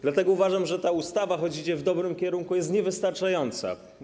Dlatego uważam, że ta ustawa, choć idzie w dobrym kierunku, jest niewystarczająca.